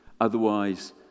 otherwise